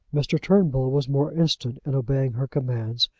mr. turnbull was more instant in obeying her commands,